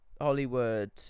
Hollywood